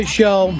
show